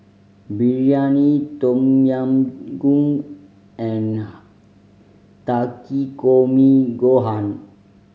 Biryani Tom Yam Goong and Takikomi Gohan